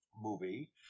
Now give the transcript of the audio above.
movie